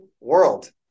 world